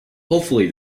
hopefully